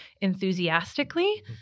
enthusiastically